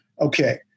okay